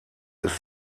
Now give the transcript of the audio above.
ist